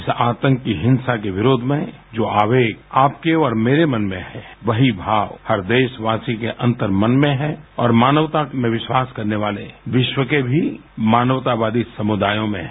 इस आतंकी हिंसा के विरोध में जो आवेग आपके और मेरे मन में है वही भाव हर देशवासी के अंतर्मन में हैं और मानवता में विश्वास करने वाले विश्व के भी मानवतावादी समुदायों में है